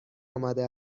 آمده